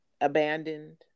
abandoned